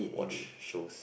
watch shows